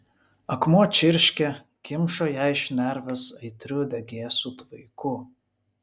akmuo čirškė kimšo jai šnerves aitriu degėsių tvaiku